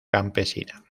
campesina